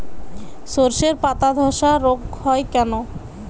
শর্ষের পাতাধসা রোগ হয় কেন?